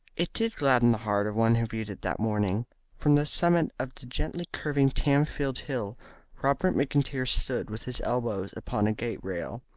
it did gladden the heart of one who viewed it that morning from the summit of the gently-curving tamfield hill robert mcintyre stood with his elbows upon a gate-rail,